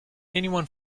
anyone